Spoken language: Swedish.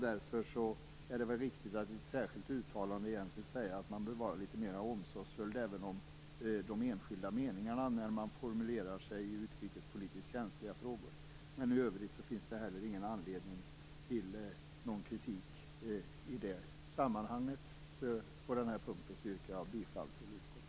Därför är det viktigt att i ett särskilt uttalande säga att man bör vara litet mer omsorgsfull även i de enskilda meningarna när man formulerar sig i utrikespolitiskt känsliga frågor. I övrigt finns det inte anledning till någon kritik i det sammanhanget. På denna punkt yrkar jag på godkännande av utskottets skrivning.